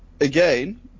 Again